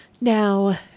Now